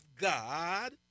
God